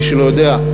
מי שלא יודע,